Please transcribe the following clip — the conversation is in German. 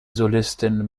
solistin